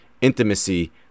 intimacy